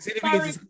Sorry